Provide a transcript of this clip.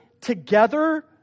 together